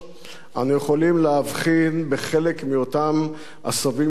אנו יכולים להבחין בחלק מאותם עשבים שוטים,